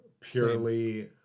purely